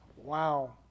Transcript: Wow